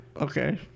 Okay